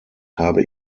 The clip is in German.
habe